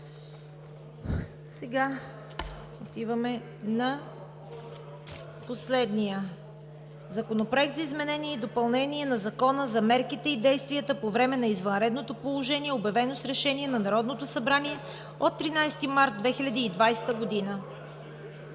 Преминаваме към последния – Законопроект за изменение и допълнение на Закона за мерките и действията по време на извънредното положение, обявено с решение на Народното събрание от 13 март 2020 г.